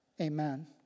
Amen